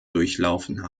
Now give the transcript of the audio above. durchlaufen